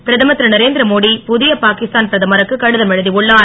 பிரதமர் திரு நரேந்திரமோடி புதிய பாகிஸ்தான் பிரதமருக்கு கடிதம் எழுதி உள்ளார்